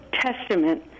testament